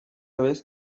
vez